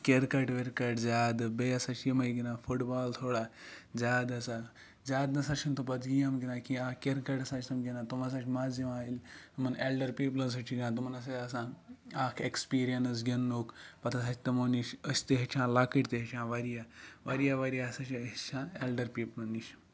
cricket وِرکَٹ زیادٕ بیٚیہِ ہَسا چھِ یِمے گِنٛدان فُٹ بال تھوڑا زیادٕ ہَسا زیادٕ نَسا چھِ نہٕ تِم پَتہٕ گیم گِندان کینٛہہ اکھ کِرکَٹ ہَسا چھِ تِم گِندان تم ہَسا چھُ مَز یِوان ییٚلہِ یِمَن ایٚلڈَر پیٖپلٕز چھِ گِندان تِمَن ہَسا چھُ آسان اکھ ایٚکسپیٖریَنس گِنٛدنُک پَتہٕ ہَسا چھِ تِمو نِش أسۍ تہِ ہیٚچھان لَکٕٹۍ تہِ ہیٚچھان واریاہ واریاہ واریاہ ہَسا چھِ ہیٚچھان ایٚلڈَر پیٖپِل نِش